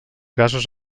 gasos